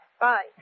Bye